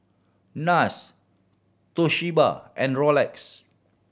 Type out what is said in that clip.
Nars Toshiba and Rolex